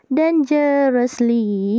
dangerously